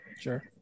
Sure